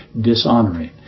dishonoring